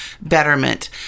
betterment